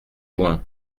juin